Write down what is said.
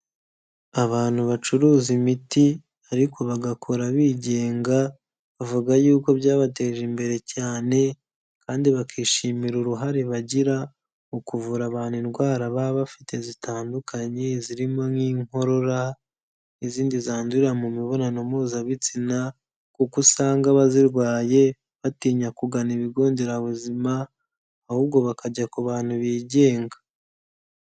Abantu bacuruza imiti ariko bagakora bigenga bavuga y'uko byabateje imbere cyane kandi bakishimira uruhare bagira mu kuvura abantu indwara baba bafite zitandukanye zirimo nk'inkorora, izindi zandurira mu mibonano mpuzabitsina kuko usanga abazirwaye batinya kugana ibigo nderabuzima ahubwo bakajya ku bantu bigenga.